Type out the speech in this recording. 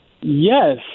yes